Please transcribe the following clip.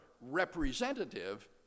representative